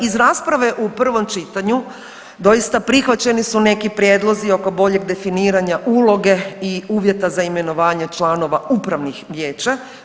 Iz rasprave u prvom čitanju doista prihvaćeni su neki prijedlozi oko boljeg definiranja uloge i uvjeta za imenovanje članova upravnih vijeća.